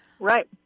Right